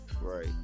right